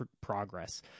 progress